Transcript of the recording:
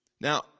Now